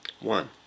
One